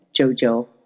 JoJo